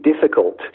difficult